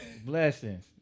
blessings